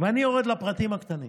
ואני יורד לפרטים הקטנים,